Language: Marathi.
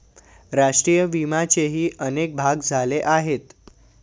राष्ट्रीय विम्याचेही अनेक भाग झाले आहेत